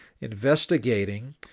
investigating